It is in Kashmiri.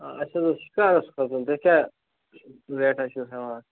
آ اَسہِ حظ اوس شکارَس کھسُن تُہۍ کیٛاہ ریٹا چھُو ہٮ۪وان